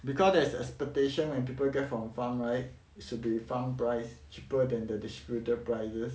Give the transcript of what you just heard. because there's expectation when people get from farm right is to be farm price cheaper than the distributor prices